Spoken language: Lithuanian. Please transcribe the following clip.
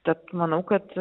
tad manau kad